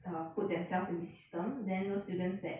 err put themselves in the system then those students that